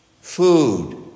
food